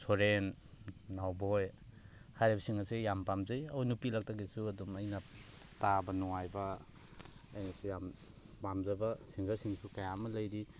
ꯁꯣꯔꯦꯟ ꯅꯥꯎꯕꯣꯏ ꯍꯥꯏꯔꯤꯕꯁꯤꯡ ꯑꯁꯦ ꯌꯥꯝ ꯄꯥꯝꯖꯩ ꯑꯩꯈꯣꯏ ꯅꯨꯄꯤ ꯂꯛꯇꯒꯤꯁꯨ ꯑꯗꯨꯝ ꯑꯩꯅ ꯇꯥꯕ ꯅꯨꯡꯉꯥꯏꯕ ꯑꯩꯅꯁꯨ ꯌꯥꯝ ꯄꯥꯝꯖꯕ ꯁꯤꯡꯒꯔꯁꯤꯡꯁꯨ ꯀꯌꯥ ꯑꯃ ꯂꯩꯔꯤ